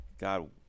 God